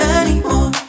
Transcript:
anymore